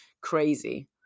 crazy